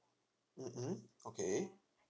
mm mm okay